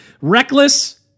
Reckless